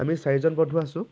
আমি চাৰিজন বন্ধু আছোঁ